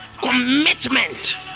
commitment